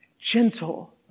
gentle